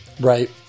Right